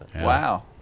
Wow